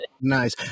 Nice